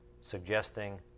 suggesting